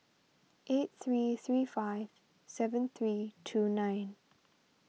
eight three three five seven three two nine